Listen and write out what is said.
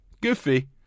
goofy